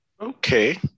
Okay